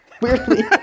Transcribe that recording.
weirdly